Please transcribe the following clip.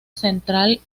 central